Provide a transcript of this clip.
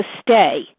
stay